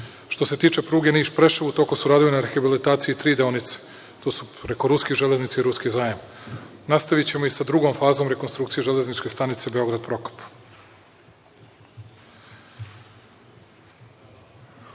Što se tiče pruge Niš – Preševo u toku su radovi na rehabilitaciji tri deonice. To su preko ruske železnice i ruski zajam. Nastavićemo i sa drugom fazom rekonstrukcije železničke stanice Beograd Prokop.U